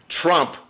Trump